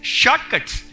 shortcuts